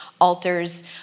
altars